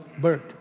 bird